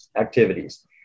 activities